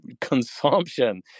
consumption